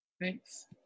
Thanks